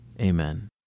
Amen